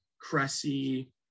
cressy